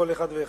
כל אחד ואחד.